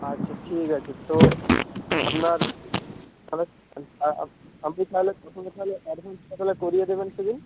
আচ্ছা ঠিক আছে তো আপনার আপনি তাহলে প্রথমে তাহলে অ্যাডভান্সটা তাহলে করিয়ে দেবেন সেদিন